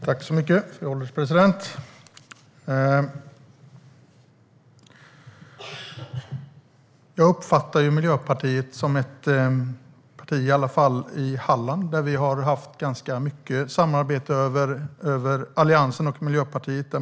Fru ålderspresident! Jag uppfattar Miljöpartiet som ett parti som är för valfrihet. Det gäller i alla fall Miljöpartiet i Halland, där vi har haft ganska mycket samarbete mellan Alliansen och Miljöpartiet.